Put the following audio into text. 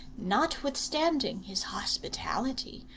notwithstanding his hospitality,